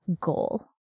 goal